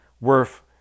worth